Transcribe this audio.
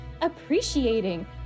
appreciating